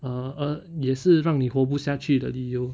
而而也是让你活不下去的理由